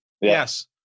Yes